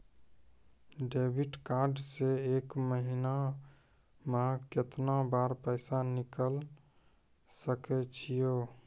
Debit card से एक महीना मा केतना बार पैसा निकल सकै छि हो?